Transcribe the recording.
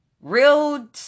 real